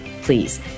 please